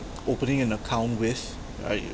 opening an account with right